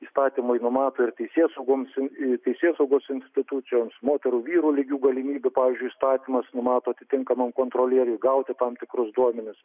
įstatymai numato ir teisėsaugoms į teisėsaugos institucijoms moterų vyrų lygių galimybių pavyzdžiui įstatymas numato atitinkamam kontrolieriui gauti tam tikrus duomenis